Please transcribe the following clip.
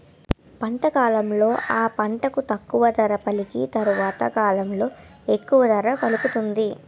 పంట కాలంలో ఆ పంటకు తక్కువ ధర పలికి తరవాత కాలంలో ఎక్కువ ధర పలుకుతుంది